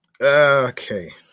okay